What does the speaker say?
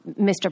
Mr